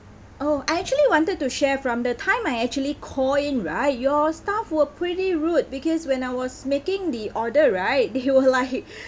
oh I actually wanted to share from the time I actually called in right your staff were pretty rude because when I was making the order right they were like